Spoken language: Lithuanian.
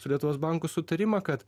su lietuvos banku sutarimą kad